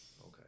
okay